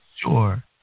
sure